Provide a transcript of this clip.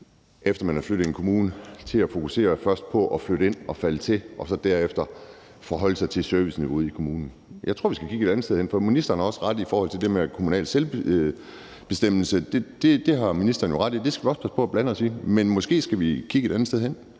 efter man er flyttet til en kommune, til at fokusere på først på at flytte ind og falde til og så derefter forholde sig til serviceniveauet i kommunen. Jeg tror, vi skal kigge et andet sted hen, for ministeren har også ret i i forhold til det med kommunal selvbestemmelse, at det skal vi også passe på med at blande os i, så måske skal vi kigge et andet sted hen.